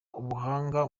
ubuhanga